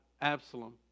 Absalom